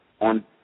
on